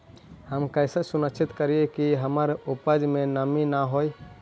हम कैसे सुनिश्चित करिअई कि हमर उपज में नमी न होय?